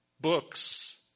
books